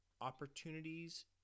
opportunities